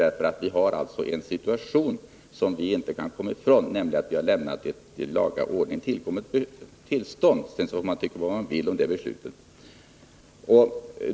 Jag tycker det är viktigt att erinra om att vi inte kan komma ifrån att vi har lämnat ett i laga ordning tillkommet tillstånd. Sedan må man tycka vad man vill om det beslutet.